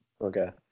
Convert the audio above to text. Okay